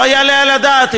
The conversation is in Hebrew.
לא יעלה על הדעת.